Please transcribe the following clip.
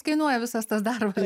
kainuoja visas tas darbas